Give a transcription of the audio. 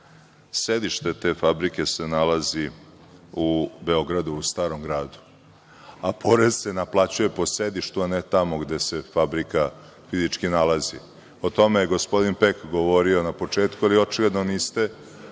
Sedište te fabrike se nalazi u Beogradu u Starom Gradu, a porez se naplaćuje po sedištu, a ne tamo gde se fabrika fizički nalazi. O tome je gospodin Pek govorio na početku, ali očigledno niste